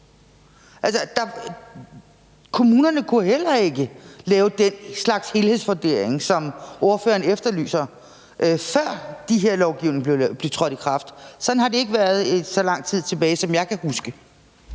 Kommunerne kunne heller ikke lave den slags helhedsvurderinger, som ordføreren efterlyser, før den her lovgivning trådte i kraft. Det har ikke været sådan, så langt tilbage jeg kan huske.